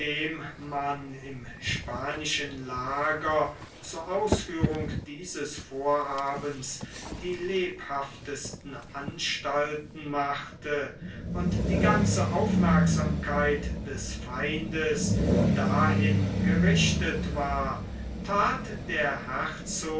man im spanischen lager zu ausführung dieses vorhabens die lebhaftesten anstalten machte und die ganze aufmerksamkeit des feindes dahin gerichtet war that der